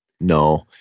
No